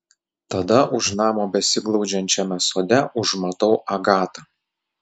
tada už namo besiglaudžiančiame sode užmatau agatą